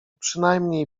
przynajmniej